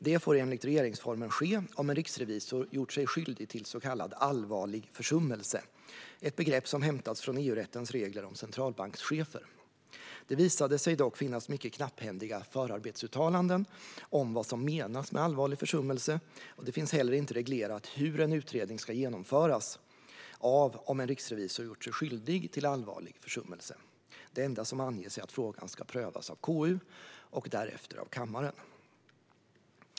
Det får enligt regeringsformen ske om en riksrevisor gjort sig skyldig till så kallad allvarlig försummelse, ett begrepp som hämtats från EU-rättens regler om centralbankschefer. Det visade sig dock finnas mycket knapphändiga förarbetsuttalanden om vad som menas med allvarlig försummelse, och det finns heller inte reglerat hur en utredning ska genomföras av om en riksrevisor gjort sig skyldig till allvarlig försummelse. Det enda som anges är att frågan ska prövas av KU och därefter av kammaren.